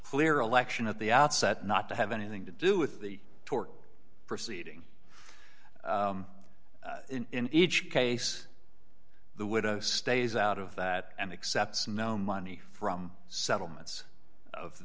clear election at the outset not to have anything to do with the tort proceeding in each case the widow stays out of that and accepts no money from settlements of